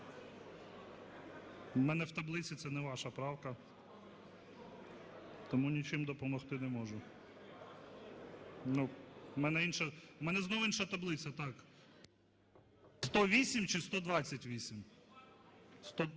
У мене в таблиці це не ваша правка, тому нічим допомогти не можу. В мене знову інша таблиця, так. 108 чи 128?